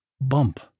Bump